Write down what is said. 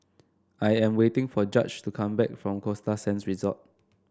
I am waiting for Judge to come back from Costa Sands Resort